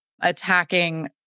attacking